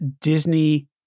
Disney